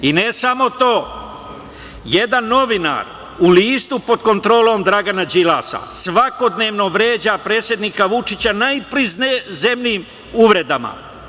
I ne samo to, jedan novinar u listu pod kontrolom Dragana Đilasa svakodnevno vređa predsednika Vučića najprizemnijim uvredama.